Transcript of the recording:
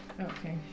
Okay